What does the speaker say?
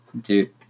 Dude